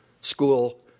school